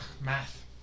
math